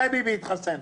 מתי ביבי התחסן?